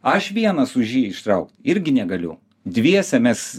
aš vienas už jį ištraukt irgi negaliu dviese mes